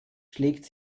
schlägt